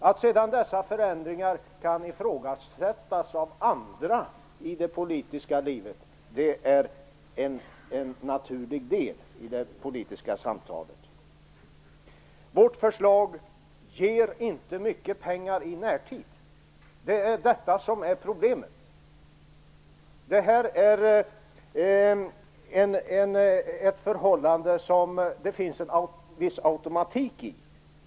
Att dessa förändringar sedan kan ifrågasättas av andra i det politiska livet är en naturlig del i det politiska samtalet. Vårt förslag ger inte mycket pengar i närtid. Det är detta som är problemet. Detta är ett förhållande som det finns en viss automatik i.